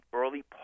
early